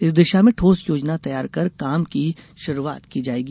इस दिशा में ठोस योजना तैयार कर काम की शुरूआत की जाएगी